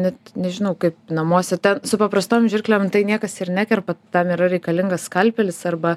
net nežinau kaip namuose ten su paprastom žirklėm tai niekas ir nekerpa tam yra reikalingas skalpelis arba